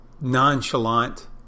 nonchalant